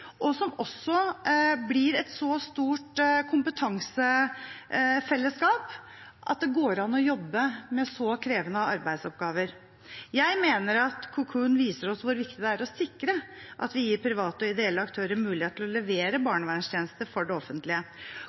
og som også blir et så stort kompetansefellesskap at det går an å jobbe med så krevende arbeidsoppgaver. Jeg mener at Cocoon viser oss hvor viktig det er å sikre at vi gir private og ideelle aktører mulighet til å levere barnevernstjenester for det offentlige.